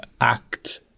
act